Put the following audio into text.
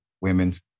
women's